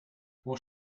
what